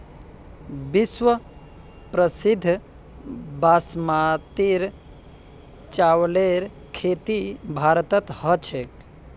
विश्व प्रसिद्ध बासमतीर चावलेर खेती भारतत ह छेक